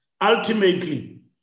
Ultimately